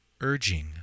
urging